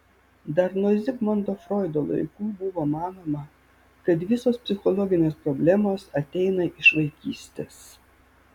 dar nuo zigmundo froido laikų buvo manoma kad visos psichologinės problemos ateina iš vaikystės